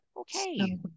okay